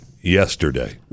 yesterday